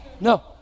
no